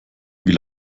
wie